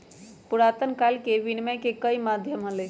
पुरातन काल में विनियम के कई माध्यम हलय